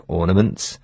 ornaments